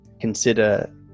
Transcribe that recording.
consider